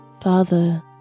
father